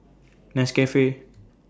Nescafe